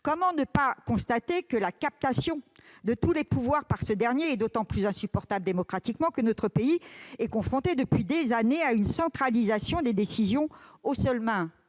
Comment ne pas constater que la captation de tous les pouvoirs par ce dernier est d'autant plus insupportable démocratiquement que notre pays est confronté depuis des années à une centralisation des décisions aux mains